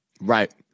right